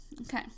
Okay